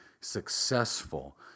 successful